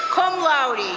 cum laude.